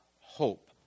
hope